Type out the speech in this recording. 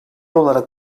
olarak